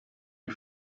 die